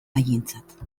haientzat